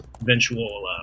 eventual